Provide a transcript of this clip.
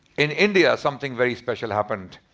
in india something very special happened.